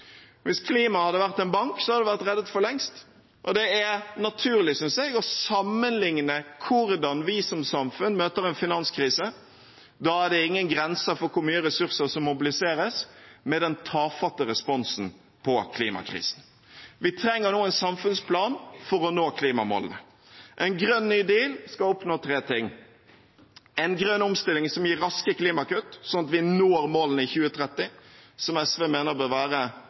Hvis klimaet hadde vært en bank, hadde det vært reddet for lengst. Det er naturlig, synes jeg, å sammenligne hvordan vi som samfunn møter en finanskrise – da er det ingen grenser for hvor mye ressurser som mobiliseres – med den tafatte responsen på klimakrisen. Vi trenger nå en samfunnsplan for å nå klimamålene. En grønn ny deal skal oppnå tre ting: en grønn omstilling som gir raske klimakutt, slik at vi når målene i 2030, som SV mener bør være